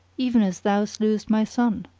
even as thou slewest my son!